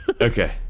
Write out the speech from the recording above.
Okay